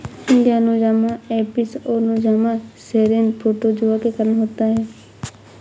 यह Nosema apis और Nosema ceranae protozoa के कारण होता है